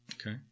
Okay